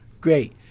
Great